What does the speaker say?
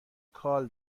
کال